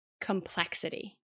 complexity